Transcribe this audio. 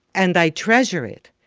and i treasure it.